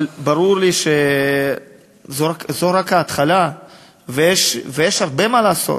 אבל ברור לי שזו רק ההתחלה ויש הרבה מה לעשות.